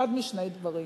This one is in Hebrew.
אחד משני דברים: